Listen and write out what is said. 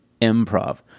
improv